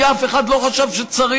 כי אף אחד לא חשב שצריך,